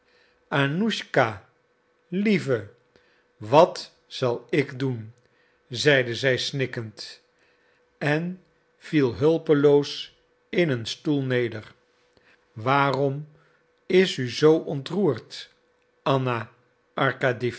annuschka lieve wat zal ik doen zeide zij snikkend en viel hulpeloos in een stoel neder waarom is u zoo ontroerd anna